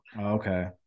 Okay